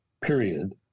period